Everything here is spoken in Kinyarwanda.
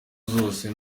zose